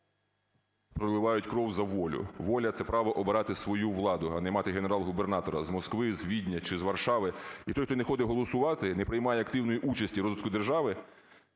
проливають кров за волю. Воля – це право обирати свою владу, а не мати генерал-губернатора з Москви, з Відня чи з Варшави. І той, хто не ходить голосувати, не приймає активної участі в розвитку держави,